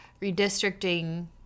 redistricting